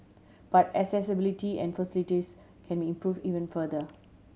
but accessibility and facilities can be improve even further